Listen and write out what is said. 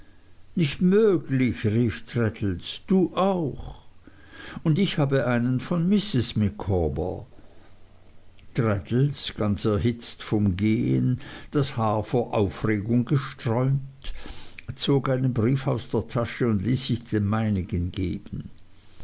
nicht möglich rief traddles du auch und ich habe einen von mrs micawber traddles ganz erhitzt vom gehen das haar vor aufregung gesträubt zog einen brief aus der tasche und ließ sich den meinigen geben